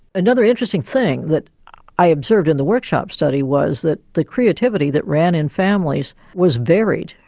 another interesting thing that i observed in the workshop study was that the creativity that ran in families was varied.